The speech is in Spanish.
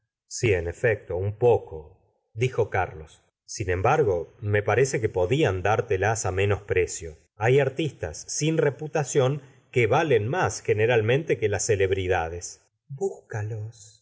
si en efecto un poco dijo carlos sin emb rgo me parece que podían dártelas á menos pre gustavo flaubert cio hay artista s sin reputación que valen más ge neralmente que las c elebridades